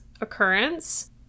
occurrence